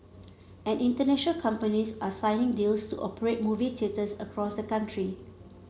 and international companies are signing deals to operate movie theatres across the country